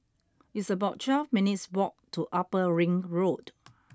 it's about twelve minutes' walk to Upper Ring Road